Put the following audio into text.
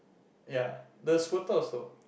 ya the Squirtle also